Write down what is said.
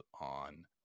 on